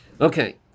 Okay